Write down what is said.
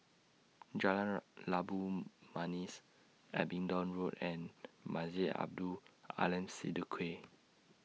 Jalan Labu Manis Abingdon Road and Masjid Abdul Aleem Siddique